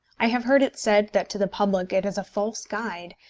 i have heard it said that to the public it is a false guide,